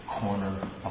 corner